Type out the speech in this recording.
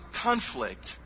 conflict